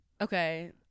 Okay